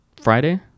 Friday